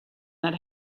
that